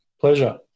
Pleasure